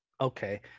Okay